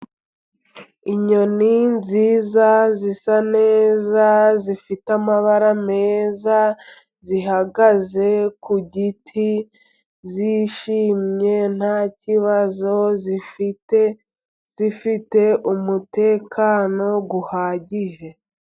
Inyoni nziza, zisa neza, zifite amabara meza, zihagaze ku giti, zishimye, nta kibazo zifite, zifite umutekano uhagije.